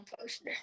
poster